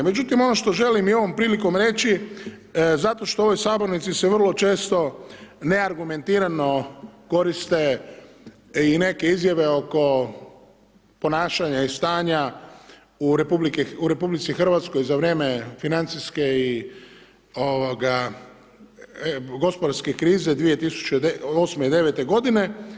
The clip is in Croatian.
Međutim ono što želim i ovom prilikom reći zato što u ovoj Sabornici se vrlo često neargumentirano koriste i neke izjave oko ponašanja i stanja u Republici Hrvatskoj za vrijeme financijske i gospodarske krize 2008. i 2009. godine.